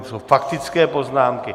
To jsou faktické poznámky.